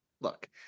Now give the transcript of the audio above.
look